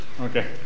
Okay